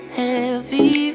heavy